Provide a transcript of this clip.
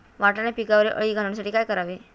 वाटाणा पिकावरील अळी घालवण्यासाठी काय करावे?